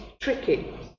tricky